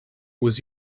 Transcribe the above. was